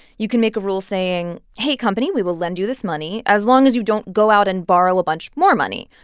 you can make a rule saying, hey, company, we will lend you this money as long as you don't go out and borrow a bunch more money,